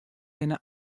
binne